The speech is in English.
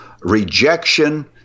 rejection